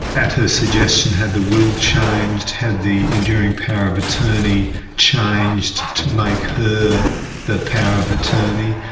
at her suggestion had the will changed, had the enduring power of attorney changed to make her the power of attorney.